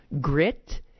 grit